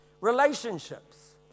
Relationships